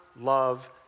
Love